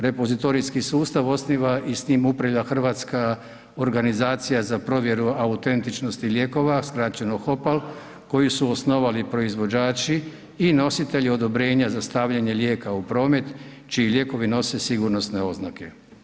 Repozitorijski sustav osniva i s tim upravlja Hrvatska organizacija za provjeru autentičnosti lijekova, skraćeno HOPAL, koji su osnovali proizvođači i nositelji odobrenja za stavljanje lijeka u promet čiji lijekovi nose sigurnosne oznake.